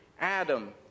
Adam